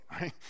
right